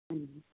ਹਾਂਜੀ